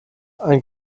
ein